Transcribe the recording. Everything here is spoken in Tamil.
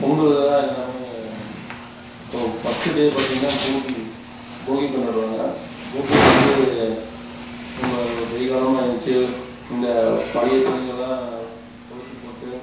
பொங்கல்தான் எல்லாமே இப்போ ஃபஸ்டு டே பார்த்திங்கனா போகி போகி கொண்டாடுவாங்க போகியை வந்து நம்ம விடியகாலமாக எழுந்திருச்சு இந்த பழைய துணிகள்லாம் கொளுத்தி போட்டு